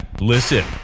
listen